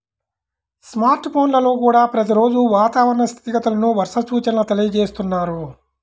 smart ఫోన్లల్లో కూడా ప్రతి రోజూ వాతావరణ స్థితిగతులను, వర్ష సూచనల తెలియజేస్తున్నారు